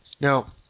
Now